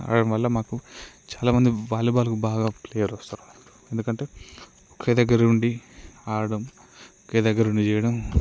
ఆడటం వల్ల మాకు చాలా మంది వాలీబాల్కు బాగా ప్లేయర్ వస్తారు ఎందుకంటే ఒకే దగ్గర ఉండి ఆడటం ఒకే దగ్గర ఉండి చేయటం